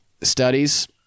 Studies